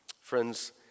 Friends